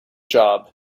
job